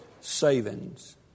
savings